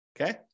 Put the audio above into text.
Okay